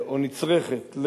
או נצרכת,